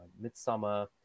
Midsummer